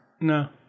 No